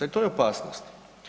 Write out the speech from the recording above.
E to je opasnost.